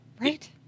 right